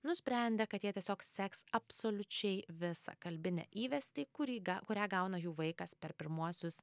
nusprendė kad jie tiesiog seks absoliučiai visą kalbinę įvestį kurį ga kurią gauna jų vaikas per pirmuosius